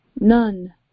none